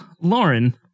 Lauren